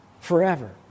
forever